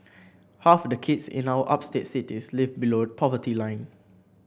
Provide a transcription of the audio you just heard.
half the kids in our upstate cities live below the poverty line